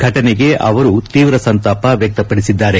ಫಟನೆಗೆ ಅವರು ಶೀವ್ರ ಸಂತಾಪ ವ್ಯಕ್ತಪಡಿಸಿದ್ದಾರೆ